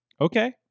Okay